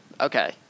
Okay